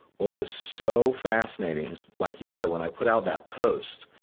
what was so fascinating is like you say, when i put out that post,